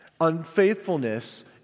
unfaithfulness